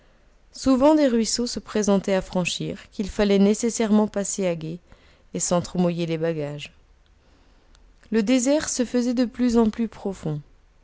souvent des ruisseaux se présentaient à franchir qu'il fallait nécessairement passer à gué et sans trop mouiller les bagages le désert se faisait de plus en plus profond